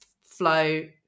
flow